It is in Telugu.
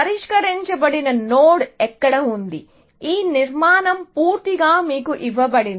పరిష్కరించబడిన నోడ్ ఎక్కడ ఉంది ఈ నిర్మాణం పూర్తిగా మీకు ఇవ్వబడింది